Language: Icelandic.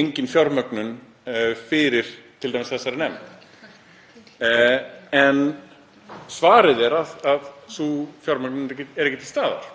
engin fjármögnun fyrir t.d. þessari nefnd. En svarið er að sú fjármögnun er ekki til staðar